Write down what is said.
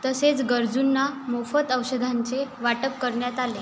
तसेच गरजूंना मोफत औषधांचे वाटप करण्यात आले